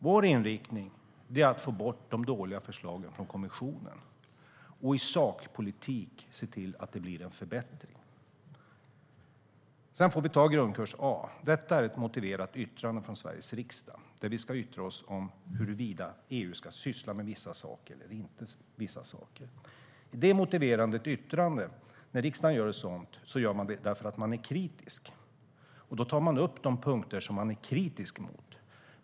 Vår inriktning är att få bort de dåliga förslagen från kommissionen och i sakpolitik se till att det blir en förbättring. Sedan får vi ta grundkurs A. Detta är ett motiverat yttrande från Sveriges riksdag där vi yttrar oss över huruvida EU ska syssla med vissa saker eller inte. När riksdagen avger ett motiverat yttrande gör man det därför att man är kritisk. Då tar man upp de punkter som man är kritisk emot.